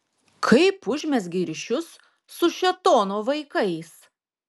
kaip užmezgei ryšius su šėtono vaikais